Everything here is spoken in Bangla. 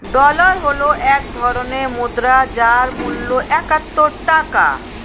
ডলার হল এক ধরনের মুদ্রা যার মূল্য একাত্তর টাকা